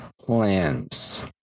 plans